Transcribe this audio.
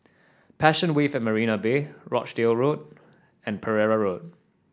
Passion Wave at Marina Bay Rochdale Road and Pereira Road